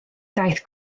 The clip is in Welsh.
daeth